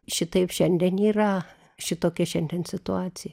šitaip šiandien yra šitokia šiandien situacija